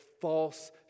false